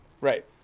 right